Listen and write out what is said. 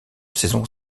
saison